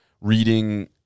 reading